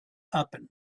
happen